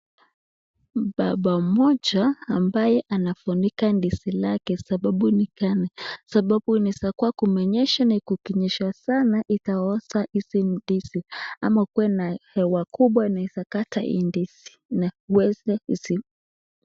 Baba mmoja ambaye anafunika ndizi lake. Sababu ni kama kunaweza kumenyesha na kukinyesha sana itaoza hizi ndizi, ama kuwe na hewa kubwa inaweza kata hii ndizi na iweze isi.